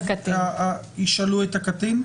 ישאלו את הקטין?